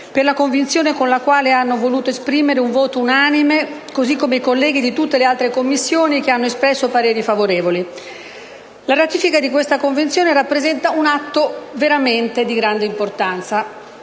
per la convinzione con la quale hanno voluto esprimere un voto unanime, così come i colleghi di tutte le altre Commissioni che hanno espresso pareri favorevoli. La ratifica di questa Convenzione rappresenta un atto di grande importanza.